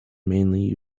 mainly